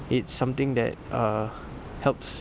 it's something that uh helps